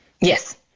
Yes